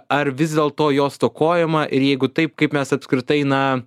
ar vis dėlto jo stokojama ir jeigu taip kaip mes apskritai na